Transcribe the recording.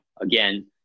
Again